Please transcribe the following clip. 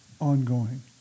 ongoing